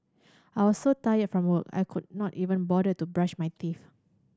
I was so tired from work I could not even bother to brush my teeth